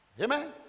Amen